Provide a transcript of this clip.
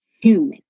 human